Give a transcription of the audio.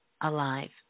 alive